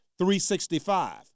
365